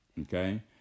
okay